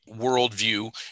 worldview